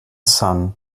son